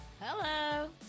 Hello